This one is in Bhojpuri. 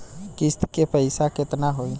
किस्त के पईसा केतना होई?